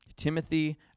Timothy